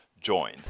join